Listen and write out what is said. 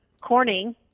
Corning